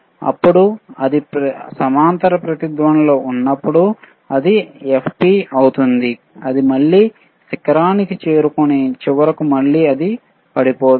అప్పుడు అది సమాంతర రెజోనెOట్లో ఉన్నప్పుడు ఇది fp అవుతుంది అది మళ్ళీ శిఖరానికి చేరుకుని చివరకు మళ్ళీ ఇది పడిపోతుంది